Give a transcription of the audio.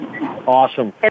Awesome